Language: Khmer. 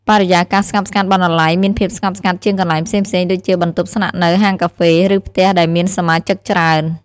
បរិយាកាសស្ងប់ស្ងាត់បណ្ណាល័យមានភាពស្ងប់ស្ងាត់ជាងកន្លែងផ្សេងៗដូចជាបន្ទប់ស្នាក់នៅ ហាងកាហ្វេ ឬផ្ទះដែលមានសមាជិកច្រើន។